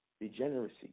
Degeneracy